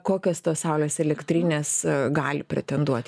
kokios tos saulės elektrinės gali pretenduot į